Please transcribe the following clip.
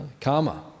Karma